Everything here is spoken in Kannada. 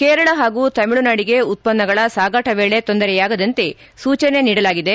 ಕೇರಳ ಹಾಗೂ ತಮಿಳುನಾಡಿಗೆ ಉತ್ಪನ್ನಗಳ ಸಾಗಾಟ ವೇಳೆ ತೊಂದರೆಯಾಗದಂತೆ ಸೂಚನೆ ನೀಡ ಲಾಗಿದೆ